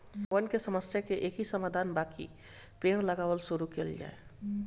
वन के समस्या के एकही समाधान बाकि पेड़ लगावल शुरू कइल जाए